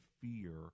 fear